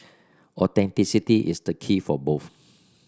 authenticity is the key for both